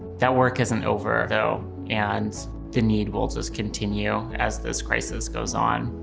that work isn't over though and the need will just continue as this crisis goes on.